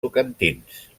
tocantins